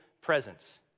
presence